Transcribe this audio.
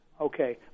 Okay